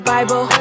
Bible